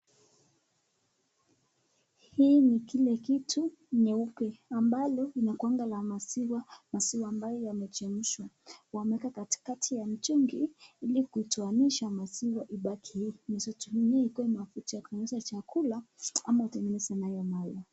Hii ni kile kitu nyeupe, ambalo linakuwanga la maziwa ambayo imechemshwa wameeka katikati ya kichungi ili kutoanisha maziwa ibaki unaeza tumia ikuwe mafuta utengeneze nayo chakula ama utenegeneza nayo mala.